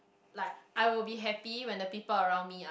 like I would be happy when the people around me are